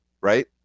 Right